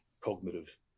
cognitive